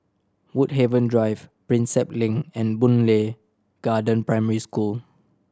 Woodhaven Drive Prinsep Link and Boon Lay Garden Primary School